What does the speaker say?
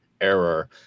error